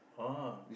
oh